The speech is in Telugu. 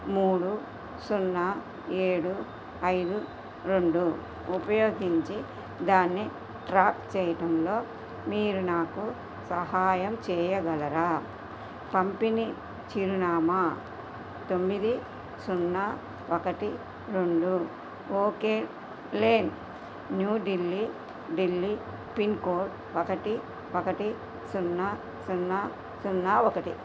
మూడు సున్నా ఏడు ఐదు రెండు ఉపయోగించి దాన్ని ట్రాక్ చేయటంలో మీరు నాకు సహాయం చేయగలరా పంపిణి చిరునామా తొమ్మిది సున్నా ఒకటి రెండు okay lane New Delhi Delhi pin code ఒకటి ఒకటి సున్నా సున్నా సున్నా ఒకటి